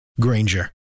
Granger